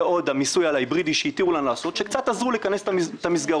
ועוד המיסוי על ההיברידי שהתירו לנו לעשות שקצת עזרו לכנס את המסגרות.